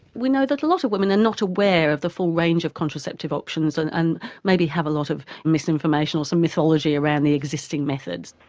we know that a lot of women are and not aware of the full range of contraceptive options and and maybe have a lot of misinformation or some mythology around the existing methods.